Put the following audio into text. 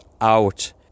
out